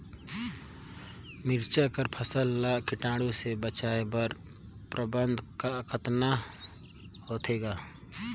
मिरचा कर फसल ला कीटाणु से बचाय कर प्रबंधन कतना होथे ग?